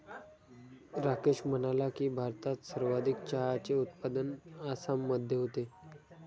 राकेश म्हणाला की, भारतात सर्वाधिक चहाचे उत्पादन आसाममध्ये होते